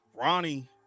Ronnie